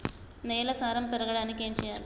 నేల సారం పెరగడానికి ఏం చేయాలి?